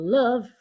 love